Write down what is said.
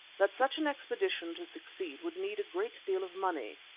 that such an expedition to succeed would need a great deal of money,